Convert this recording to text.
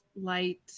light